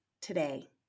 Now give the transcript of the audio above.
today